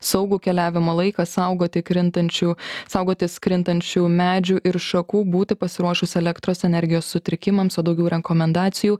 saugų keliavimo laiką saugot krintančių saugotis krintančių medžių ir šakų būti pasiruošus elektros energijos sutrikimams o daugiau rekomendacijų